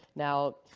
now,